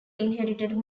inherited